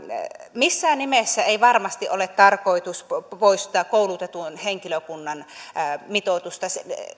missään nimessä ei varmasti ole tarkoitus poistaa koulutetun henkilökunnan mitoitusta